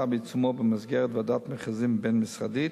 בעיצומו במסגרת ועדת מכרזים בין-משרדית